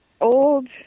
old